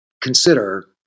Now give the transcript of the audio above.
consider